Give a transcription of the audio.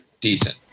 decent